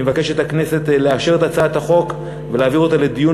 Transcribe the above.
אני מבקש מהכנסת לאשר את הצעת החוק ולהעביר אותה לדיון